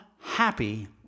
Happy